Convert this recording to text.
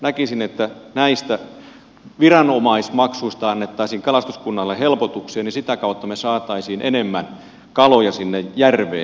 näkisin että kun näistä viranomaismaksuista annettaisiin kalastuskunnalle helpotuksia niin sitä kautta me saisimme enemmän kaloja järveen